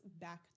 back